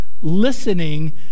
Listening